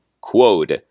quote